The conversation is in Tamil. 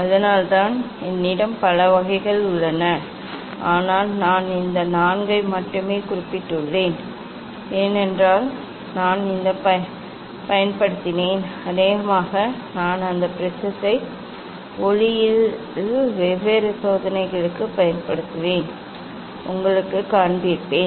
அதனால்தான் என்னிடம் பல வகைகள் உள்ளன ஆனால் நான் இந்த நான்கை மட்டுமே குறிப்பிட்டுள்ளேன் ஏனென்றால் நான் இதைப் பயன்படுத்தினேன் அநேகமாக நான் அந்த ப்ரிஸத்தை ஒளியியலில் வெவ்வேறு சோதனைகளுக்குப் பயன்படுத்துவேன் உங்களுக்குக் காண்பிப்பேன்